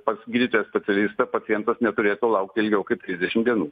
pas gydytoją specialistą pacientas neturėtų laukti ilgiau kaip trisdešim dienų